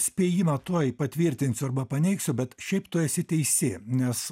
spėjimą tuoj patvirtinsiu arba paneigsiu bet šiaip tu esi teisi nes